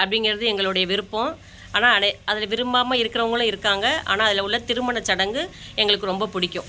அப்படிங்கிறது எங்களுடைய விருப்பம் ஆனால் அனே அதில் விரும்பாம இருக்கிறவங்களும் இருக்காங்க ஆனால் அதில் உள்ள திருமணச் சடங்கு எங்களுக்கு ரொம்பப் பிடிக்கும்